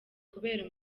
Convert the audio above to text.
kubera